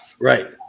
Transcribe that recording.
Right